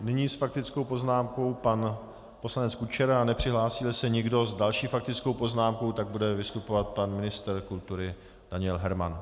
Nyní s faktickou poznámkou pan poslanec Kučera, a nepřihlásíli se nikdo s další faktickou poznámkou, tak bude vystupovat pan ministr kultury Daniel Herman.